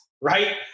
right